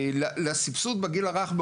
לסבסוד בגיל הרך,